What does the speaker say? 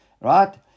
Right